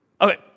Okay